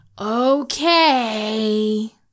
Okay